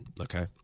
Okay